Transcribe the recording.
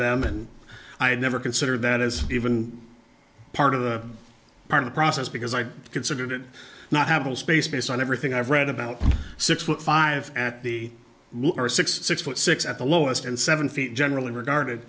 them and i had never considered that as even part of the part of the process because i considered it not having a space based on everything i've read about six foot five at the six six foot six at the lowest and seven feet generally regarded